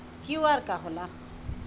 QR का होला?